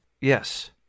Yes